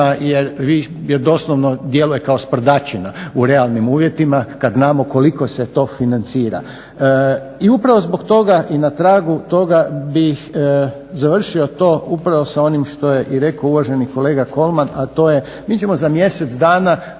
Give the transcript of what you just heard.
jer doslovno djeluje kao sprdačina u realnim uvjetima kad znamo koliko se to financira. I upravo zbog toga i na tragu toga bih završio to upravo sa onim što je i rekao uvaženi kolega Kolman, a to je mi ćemo za mjesec dana